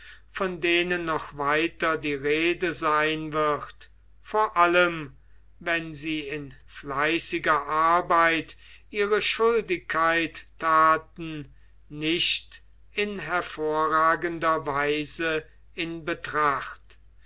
von denen noch weiter die rede sein wird vor allem wenn sie in fleißiger arbeit ihre schuldigkeit taten nicht in hervorragender weise in betracht